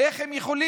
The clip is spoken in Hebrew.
איך הם יכולים